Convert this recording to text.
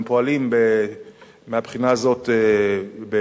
והם פועלים מהבחינה הזאת בסמכות,